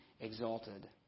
exalted